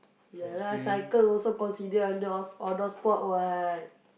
ya lah cycle also consider under outdoor outdoor sport [what]